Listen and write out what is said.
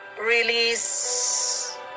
release